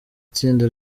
tsinda